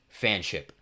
fanship